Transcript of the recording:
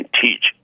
teach